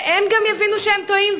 וגם הם יבינו שהם טועים,